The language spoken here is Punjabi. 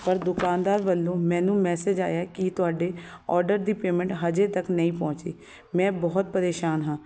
ਪਰ ਦੁਕਾਨਦਾਰ ਵੱਲੋਂ ਮੈਨੂੰ ਮੈਸੇਜ ਆਇਆ ਕਿ ਤੁਹਾਡੇ ਔਰਡਰ ਦੀ ਪੇਮੈਂਟ ਅਜੇ ਤੱਕ ਨਹੀਂ ਪਹੁੰਚੀ ਮੈਂ ਬਹੁਤ ਪਰੇਸ਼ਾਨ ਹਾਂ